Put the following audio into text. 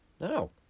No